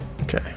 Okay